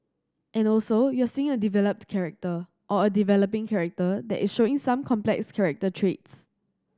and also you're seeing a developed character or a developing character that is showing some complex character traits